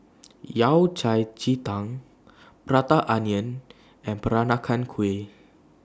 Yao Cai Ji Tang Prata Onion and Peranakan Kueh